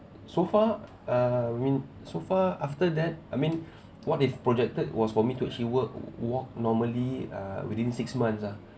so far uh I mean so far after that I mean what if projected was for me to actually work walk normally uh within six months ah